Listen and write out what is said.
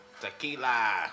Tequila